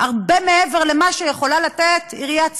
הרבה מעבר למה שיכולה לתת עיריית צפת,